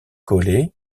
collé